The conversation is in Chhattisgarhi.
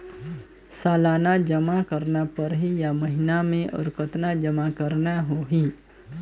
सालाना जमा करना परही या महीना मे और कतना जमा करना होहि?